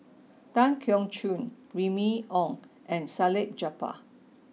Tan Keong Choon Remy Ong and Salleh Japar